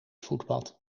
voetpad